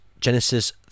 Genesis